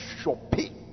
shopping